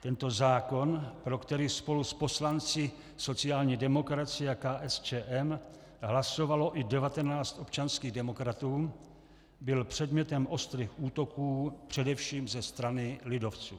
Tento zákon, pro který spolu s poslanci sociální demokracie a KSČM hlasovalo i 19 občanských demokratů, byl předmětem ostrých útoků především ze strany lidovců.